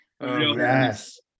Yes